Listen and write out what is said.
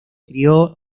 crio